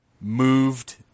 moved